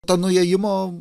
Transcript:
ta nuėjimo